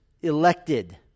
elected